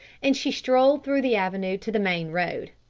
and she strolled through the avenue to the main road.